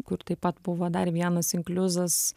kur taip pat buvo dar vienas inkliuzas